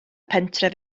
pentref